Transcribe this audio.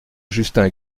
justin